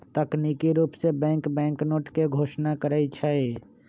तकनिकी रूप से बैंक बैंकनोट के घोषणा करई छई